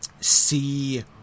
See